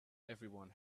everyone